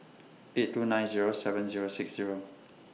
eight two nine Zero seven Zero six Zero